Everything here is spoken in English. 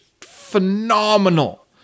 phenomenal